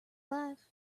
life